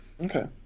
Okay